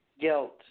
guilt